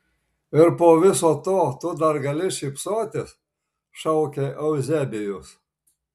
ir po viso to tu dar gali šypsotis šaukė euzebijus